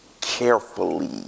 carefully